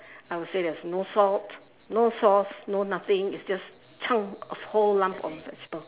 I will say there's no salt no sauce no nothing it's just chunk a whole lump of vegetables